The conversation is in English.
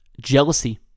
Jealousy